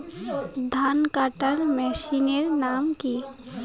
ধান কাটার মেশিনের নাম কি?